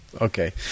okay